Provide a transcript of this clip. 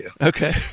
Okay